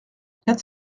quatre